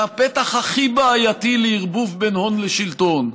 והפתח הכי בעייתי לערבוב בין הון לשלטון,